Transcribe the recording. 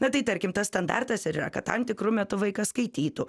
na tai tarkim tas standartas ir yra kad tam tikru metu vaikas skaitytų